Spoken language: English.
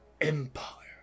empire